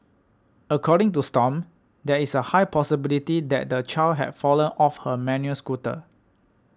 according to Stomp there is a high possibility that the child had fallen off her manual scooter